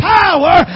power